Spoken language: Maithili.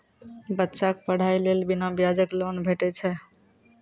बच्चाक पढ़ाईक लेल बिना ब्याजक लोन भेटै छै?